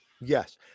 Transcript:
Yes